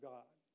God